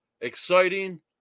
exciting